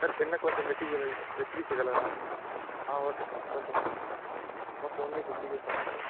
sir బిన్నగా కొంచెం వెతికి వెతికించగలరా okay sir okay sir okay ఉంది చూపిస్తాను సార్